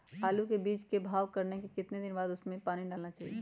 आलू के बीज के भाव करने के बाद कितने दिन बाद हमें उसने पानी डाला चाहिए?